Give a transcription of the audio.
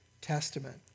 Testament